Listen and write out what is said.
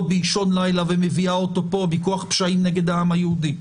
באישון לילה ומביאה אותו לפה מכוח פשעים נגד העם היהודי.